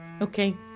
okay